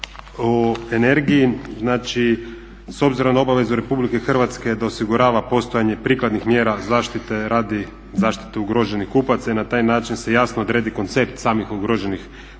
o energiji, znači s obzirom na obavezu Republike Hrvatske da osigurava postojanje prikladnih mjera zaštite radi zaštite ugroženih kupaca i na taj način se jasno odredi koncept samih ugroženih kupaca